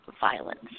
violence